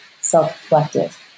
self-reflective